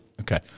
Okay